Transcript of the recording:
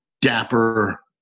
dapper